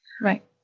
Right